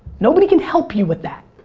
nobody can help you with that.